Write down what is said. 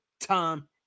time